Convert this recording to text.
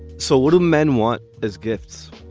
so what do men want as gifts?